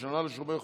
שנה לשומר החומות,